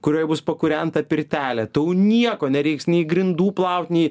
kurioj bus pakūrenta pirtelė tau nieko nereiks nei grindų plaut nei